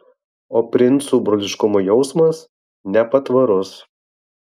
o princų broliškumo jausmas nepatvarus